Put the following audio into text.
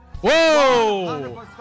Whoa